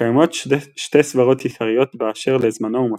קיימות שתי סברות עיקריות באשר לזמנו ומוצאו.